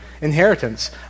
inheritance